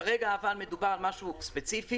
אבל כרגע מדובר על משהו ספציפי.